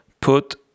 put